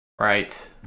Right